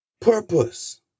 purpose